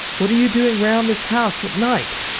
what are you doing round this house at night?